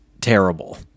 terrible